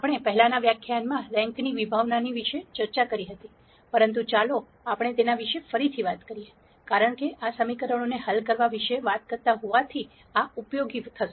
આપણે પહેલાના વ્યાખ્યાનમાં રેન્કની વિભાવના વિશે ચર્ચા કરી હતી પરંતુ ચાલો આપણે તેના વિશે ફરીથી વાત કરીએ કારણ કે આ સમીકરણો હલ કરવા વિશે વાત કરતાં હોવાથી આ ઉપયોગી થશે